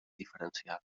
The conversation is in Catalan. diferencial